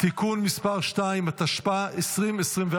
(תיקון מס' 2), התשפ"ה 2024,